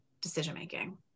decision-making